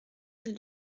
mille